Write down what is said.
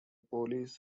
police